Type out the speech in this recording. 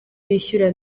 bishyura